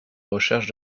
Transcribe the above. recherche